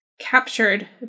captured